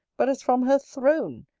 but as from her throne,